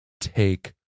take